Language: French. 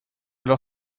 leur